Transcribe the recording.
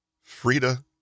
Frida